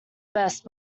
best